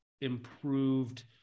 improved